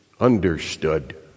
understood